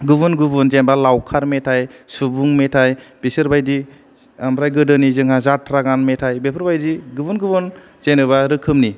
गुबुन गुबुन जेनबा लावखार मेथाइ सुबुं मेथाइ बेसोरबायदि आमफ्राय गोदोनि जोंहा जाथ्रा गान मेथाइ बेफोर बादि गुबुन गुबुन जेनावबा रोखोमनि